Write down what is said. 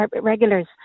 regulars